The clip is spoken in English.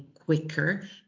quicker